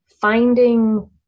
finding